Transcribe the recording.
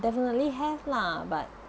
definitely have lah but